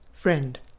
Friend